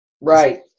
Right